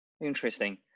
Interesting